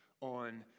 on